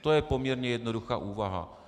To je poměrně jednoduchá úvaha.